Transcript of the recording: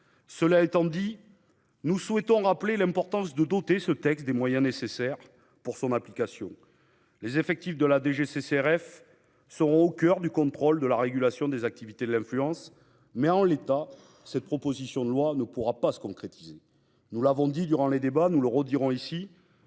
Cela dit, nous souhaitons rappeler l'importance de doter ce texte des moyens nécessaires à son application. Les effectifs de la DGCCRF seront au coeur du contrôle de la régulation des activités d'influence. Or, en l'état, cette proposition de loi risque de ne pas pouvoir se concrétiser. Nous l'avons dit durant les débats et nous le répétons ici